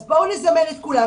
אז בואו נזמן את כולם,